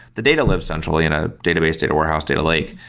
the data lives essentially in a database, data warehouse, data lake,